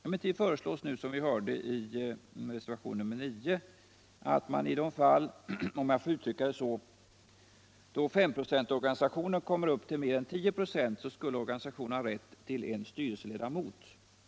Emellertid föreslås nu, som vi hörde, i reservationen 9 att man i de fall — om jag får uttrycka det så — femprocentsorganisationen kommer upp i mer än 10 96 skall organisationen ha rätt till en styrelseledamot.